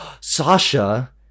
Sasha